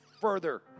further